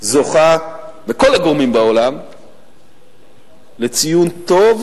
זוכה מכל הגורמים בעולם לציון טוב,